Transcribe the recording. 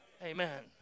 Amen